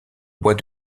bois